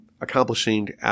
accomplishing